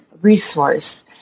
resource